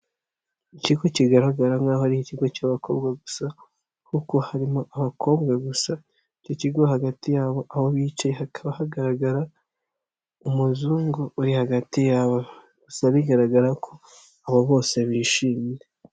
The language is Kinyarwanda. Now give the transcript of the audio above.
Ikigo kigaragara nk'aho ari ikigo cy'abakobwa gusa kuko harimo abakobwa gusa, icyo kigo hagati yabo aho bicaye hakaba hagaragara umuzungu uri hagati yabo gusa bigaragara ko abo bose bishimye.